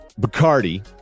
Bacardi